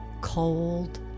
cold